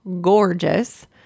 gorgeous